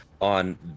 on